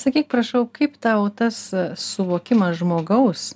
sakyk prašau kaip tau tas suvokimas žmogaus